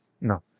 No